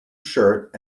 shirt